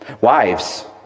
Wives